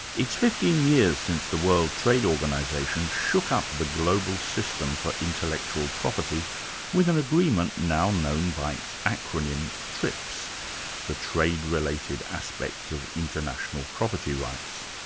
it's fifteen years since the world trade organisation shook up the global system for intellectual property with an agreement now known by its acronym, trips the trade-related aspects of intellectual property rights.